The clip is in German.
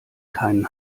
keinen